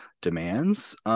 demands